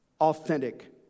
Authentic